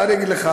מה אני אגיד לך.